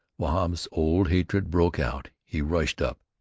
wahb's old hatred broke out. he rushed up.